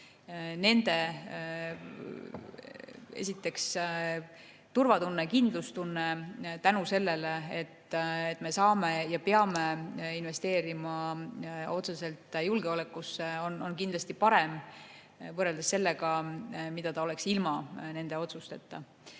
nende turvatunne ja kindlustunne tänu sellele, et me saame ja peame investeerima otseselt julgeolekusse, kindlasti parem võrreldes sellega, milline see oleks ilma nende otsusteta.